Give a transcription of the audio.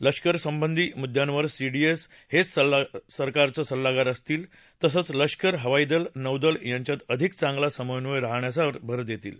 लष्करसंबधी मुद्यांवर सीडीएस हेच सरकारचं सल्लागार असतील तसंच लष्कर हवाईदल आणि नौदल यांच्यात अधिक चांगला समन्वय राहण्यावर भर देतील